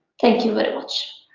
thank you very much.